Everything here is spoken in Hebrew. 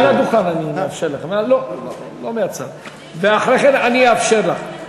היושב-ראש, ואחרי כן אני אאפשר לך.